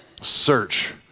search